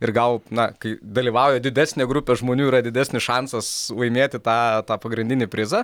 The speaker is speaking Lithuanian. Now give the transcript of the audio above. ir gal na kai dalyvauja didesnė grupė žmonių yra didesnis šansas laimėti tą tą pagrindinį prizą